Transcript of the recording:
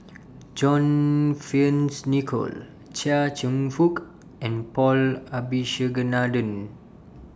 John Fearns Nicoll Chia Cheong Fook and Paul Abisheganaden